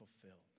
fulfilled